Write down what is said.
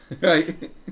Right